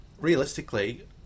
realistically